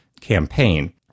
campaign